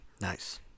Nice